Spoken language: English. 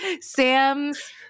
Sam's